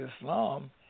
Islam